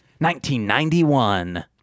1991